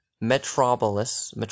metropolis